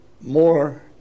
more